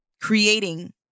creating